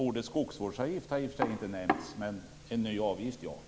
Ordet skogsvårdsavgift nämndes i och för sig inte, men en ny avgift är det.